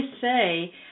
say